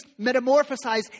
metamorphosized